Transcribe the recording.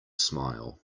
smile